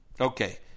Okay